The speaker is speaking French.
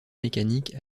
mécaniques